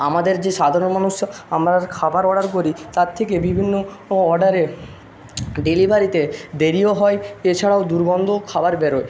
আমাদের যে সাধারণ মানুষরা আমরা খাবার অর্ডার করি তার থেকে বিভিন্ন ও অর্ডারে ডেলিভারিতে দেরিও হয় এছাড়াও দুর্গন্ধ খাবার বেরোয়